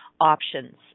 options